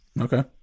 Okay